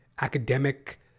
academic